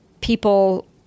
people